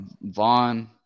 Vaughn